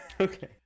Okay